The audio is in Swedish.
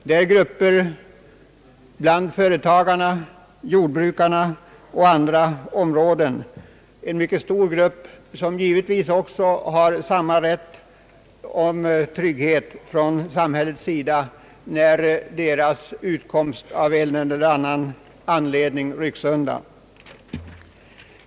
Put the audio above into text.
Det gäller grupper bland företagarna, jordbrukarna och på andra områden — mycket stora grupper som givetvis har samma rätt till trygghet genom samhällets försorg när deras utkomst av en eller annan anledning rycks undan.